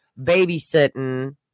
babysitting